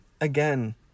again